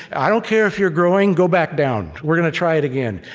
i don't care if you're growing. go back down. we're gonna try it again.